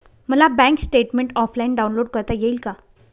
मला bank statement offline download करता येईल का?